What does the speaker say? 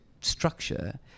structure